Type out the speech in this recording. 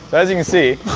as you can see,